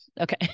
Okay